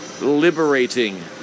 liberating